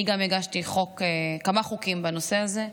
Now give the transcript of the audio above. אני גם הגשתי כמה חוקים בנושא הזה.